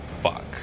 fuck